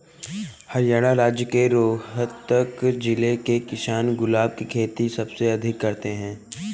हरियाणा राज्य के रोहतक जिले के किसान गुलाब की खेती सबसे अधिक करते हैं